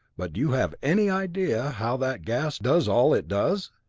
but do you have any idea how that gas does all it does?